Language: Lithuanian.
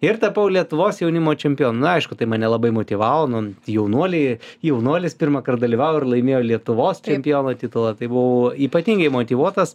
ir tapau lietuvos jaunimo čempionu nu aišku tai mane labai motyvavo nu jaunuoliai jaunuolis pirmąkart dalyvavo ir laimėjo lietuvos čempiono titulą tai buvau ypatingai motyvuotas